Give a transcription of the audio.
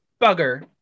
Bugger